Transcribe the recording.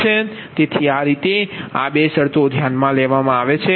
તેથી આ રીતે આ 2 શરતો ધ્યાનમાં લેવામાં આવે છે